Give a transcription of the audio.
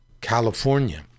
California